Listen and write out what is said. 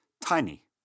tiny